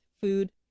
food